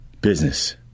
business